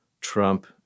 Trump